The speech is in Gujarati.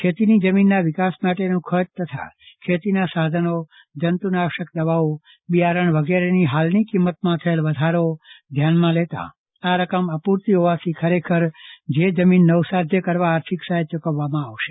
ખેતીની જમીનના વિકાસ માટેનું ખર્ચ તથા ખેતીના સાધનો જંતુનાશક દવાઓ બિયારણ વગેરેની હાલની કિંમતમાં થયેલ વધારો ધ્યાનમાં લેતા આ રકમ અપુરતી હોવાથી ખરેખર જે જમીન નવસાધ્ય કરવા આર્થિક સહાય ચૂકવવામાં આવશે